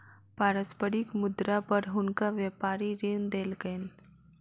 पारस्परिक मुद्रा पर हुनका व्यापारी ऋण देलकैन